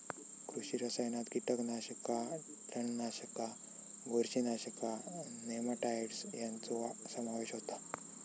कृषी रसायनात कीटकनाशका, तणनाशका, बुरशीनाशका, नेमाटाइड्स ह्यांचो समावेश होता